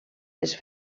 les